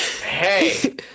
Hey